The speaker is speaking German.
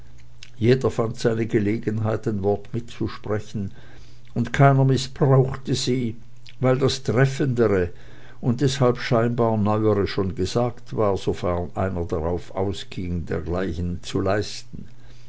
jeder fand seine gelegenheit ein wort mitzusprechen und keiner mißbrauchte sie weil das treffendere und deshalb scheinbar neuere schon gesagt war sofern einer darauf ausging dergleichen zu leisten